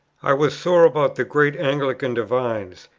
i was sore about the great anglican divines,